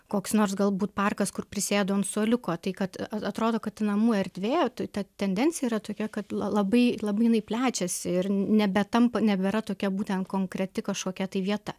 koks nors galbūt parkas kur prisėdu ant suoliuko tai kad atrodo kad ta namų erdvė ta tendencija yra tokia kad labai labai jinai plečiasi ir nebetampa nebėra tokia būtent konkreti kažkokia tai vieta